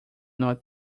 not